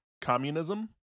communism